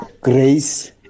grace